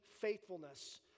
faithfulness